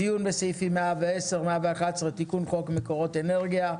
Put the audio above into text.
דיון בסעיפים 110 ו-111 תיקון חוק מקורות אנרגיה.